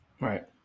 Right